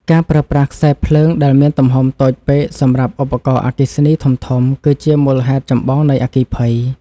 ការប្រើប្រាស់ខ្សែភ្លើងដែលមានទំហំតូចពេកសម្រាប់ឧបករណ៍អគ្គិសនីធំៗ គឺជាមូលហេតុចម្បងនៃអគ្គិភ័យ។